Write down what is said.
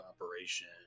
operation